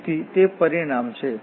તેથી તે પરિણામ છે